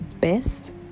best